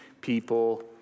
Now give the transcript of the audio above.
people